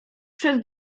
przed